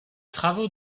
travaux